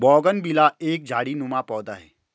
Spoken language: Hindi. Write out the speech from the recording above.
बोगनविला एक झाड़ीनुमा पौधा है